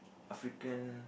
African